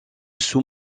sous